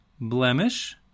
blemish